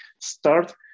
start